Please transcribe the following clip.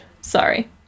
Sorry